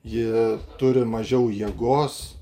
ji turi mažiau jėgos